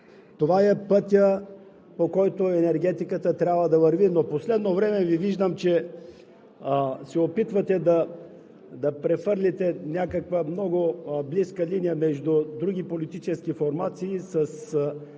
това е пътят, по който енергетиката трябва да върви. Но в последно време Ви виждам, че се опитвате да прехвърлите някаква много близка линия между други политически формации с